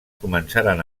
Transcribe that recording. començaren